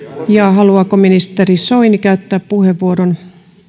haluaako ministeri soini käyttää puheenvuoron